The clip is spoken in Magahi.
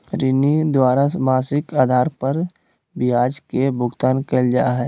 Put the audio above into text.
ऋणी द्वारा मासिक आधार पर ब्याज के भुगतान कइल जा हइ